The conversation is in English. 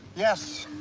yes.